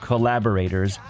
Collaborators